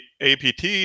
APT